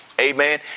Amen